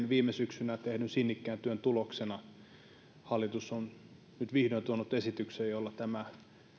viime syksynä tehdyn kuukausien sinnikkään työn tuloksena hallitus on nyt vihdoin tuonut esityksen jolla tämä